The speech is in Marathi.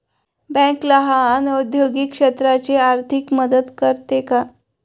बँक लहान औद्योगिक क्षेत्राची आर्थिक मदत करते का?